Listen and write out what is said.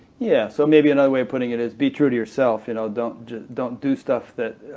yeah so maybe another way of putting it is be true to yourself, and don't don't do stuff that